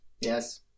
Yes